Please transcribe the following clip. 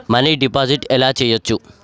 Money ఎలా deposit చేయచ్చు?